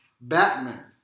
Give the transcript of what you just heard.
Batman